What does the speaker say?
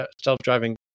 self-driving